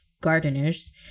gardeners